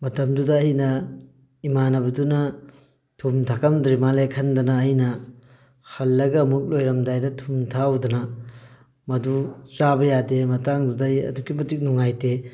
ꯃꯇꯝꯗꯨꯗ ꯑꯩꯅ ꯏꯃꯥꯟꯅꯕꯗꯨꯅ ꯊꯨꯝ ꯊꯥꯛꯑꯝꯗ꯭ꯔꯤ ꯃꯥꯜꯂꯦ ꯈꯟꯗꯅ ꯑꯩꯅ ꯍꯜꯂꯒ ꯑꯃꯨꯛ ꯂꯣꯏꯔꯝꯗꯥꯏꯗ ꯊꯨꯝ ꯊꯥꯛꯎꯗꯅ ꯃꯗꯨ ꯆꯥꯕ ꯌꯥꯗꯦ ꯃꯇꯥꯡꯗꯨꯗ ꯑꯩ ꯑꯗꯨꯛꯀꯤ ꯃꯇꯤꯛ ꯅꯨꯡꯉꯥꯏꯇꯦ